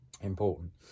important